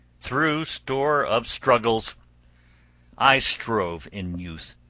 through store of struggles i strove in youth,